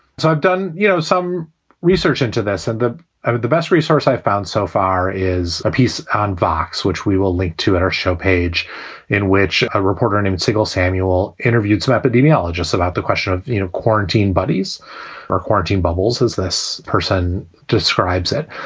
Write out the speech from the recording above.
so i've done you know some research into this and i with the best resource i've found so far is a piece on vox, which we will link to on our show page in which a reporter named sigel samuell interviewed some epidemiologists about the question of you know quarantine buddies or quarantine bubbles, as this person describes it.